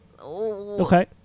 Okay